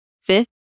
Fifth